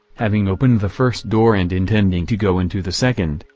having opened the first door and intending to go into the second,